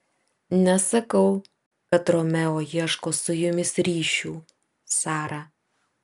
nesakau kad romeo ieško su jumis ryšių sara